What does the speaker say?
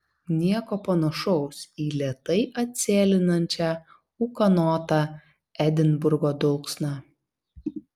nieko panašaus į lėtai atsėlinančią ūkanotą edinburgo dulksną